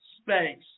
space